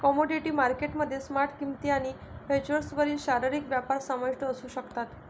commodity market मध्ये spot किंमती आणि फ्युचर्सवरील शारीरिक व्यापार समाविष्ट असू शकतात